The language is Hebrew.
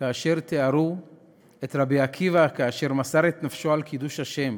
תיארו את רבי עקיבא שכאשר מסר את נפשו על קידוש השם,